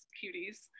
cuties